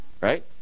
right